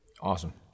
Awesome